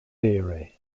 theory